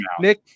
Nick